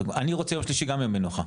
אני רוצה יום שלישי גם ימי מנוחה,